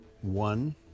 One